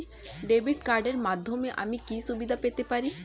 Debit কার্ডের মাধ্যমে আমি কি কি সুবিধা পেতে পারি?